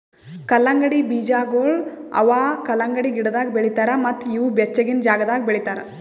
ಕಲ್ಲಂಗಡಿ ಬೀಜಗೊಳ್ ಅವಾ ಕಲಂಗಡಿ ಗಿಡದಾಗ್ ಬೆಳಿತಾರ್ ಮತ್ತ ಇವು ಬೆಚ್ಚಗಿನ ಜಾಗದಾಗ್ ಬೆಳಿತಾರ್